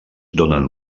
donen